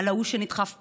על ההוא שנדחף בכביש,